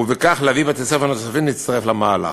ובכך להביא בתי-ספר נוספים להצטרף למהלך.